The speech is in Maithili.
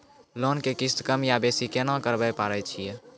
लोन के किस्ती कम या बेसी केना करबै पारे छियै?